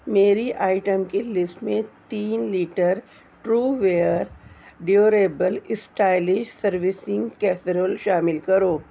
میری آئٹم کی لسٹ میں تین litre tru ware durable stylish serving casserole شامل کرو